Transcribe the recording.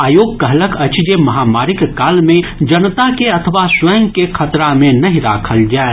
आयोग कहलक अछि जे महामारीक काल मे जनता के अथवा स्वयं के खतरा मे नहि राखल जाय